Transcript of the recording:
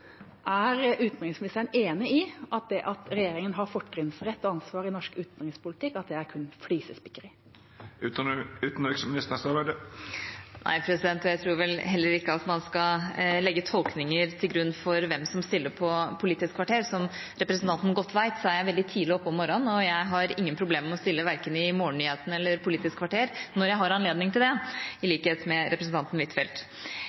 Er utenriksministeren enig i at det at regjeringen har fortrinnsrett og ansvar i norsk utenrikspolitikk, er kun flisespikkeri? Jeg tror ikke man skal legge tolkninger til grunn for hvem som stiller i Politisk kvarter. Som representanten godt vet, er jeg veldig tidlig oppe om morgenen, og jeg har ingen problemer med å stille verken i morgennyhetene eller Politisk kvarter når jeg har anledning til det – i likhet med representanten Huitfeldt.